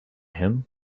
him